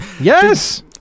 Yes